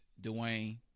Dwayne